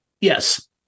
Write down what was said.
Yes